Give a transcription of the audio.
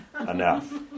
enough